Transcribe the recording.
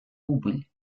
убыль